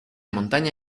montaña